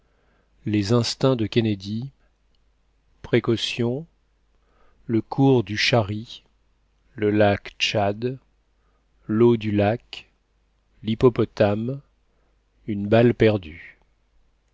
les trois les instincts de kennedy précautions le cours du shari le lac tchad l'eau du lac l'hippopotame une balle perdue